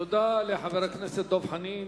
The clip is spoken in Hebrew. תודה לחבר הכנסת דב חנין.